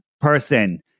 person